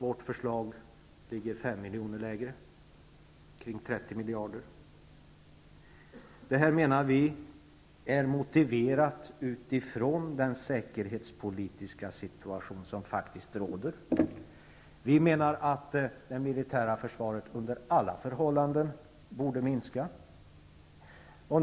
Vårt förslag är fem miljarder lägre, kring 30 miljarder, och det är motiverat, menar vi, utifrån den säkerhetspolitiska situation som faktiskt råder. Vi anser att det militära försvaret under alla förhållanden borde minska.